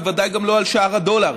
ובוודאי גם לא לשער הדולר.